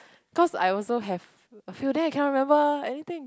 cause I also have a few days I can't remember anything